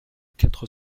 quatre